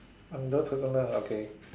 under personal ah okay